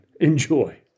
Enjoy